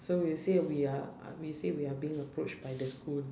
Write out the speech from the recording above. so we'll say we are we say we are being approached by the school